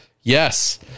Yes